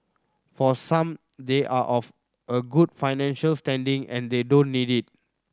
for some they are of a good financial standing and they don't need it